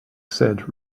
said